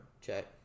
check